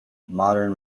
modern